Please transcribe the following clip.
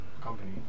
company